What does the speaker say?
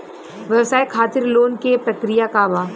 व्यवसाय खातीर लोन के प्रक्रिया का बा?